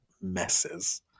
messes